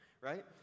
right